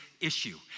issue